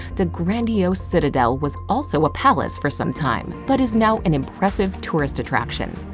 the grandiose citadel was also a palace for some time but is now an impressive tourist attraction.